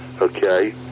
okay